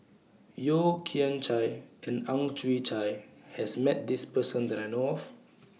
Yeo Kian Chye and Ang Chwee Chai has Met This Person that I know of